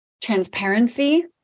transparency